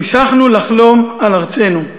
המשכנו לחלום על ארצנו.